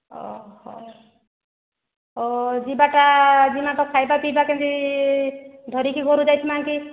ହେଉ ଯିବା ଟା ଦିନକର୍ ଖାଇବା ପିଇବାଟା କେମିତି ଧରିକି ଘରୁ ଯାଇଥିମା କି